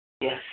Yes